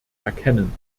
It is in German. erkennen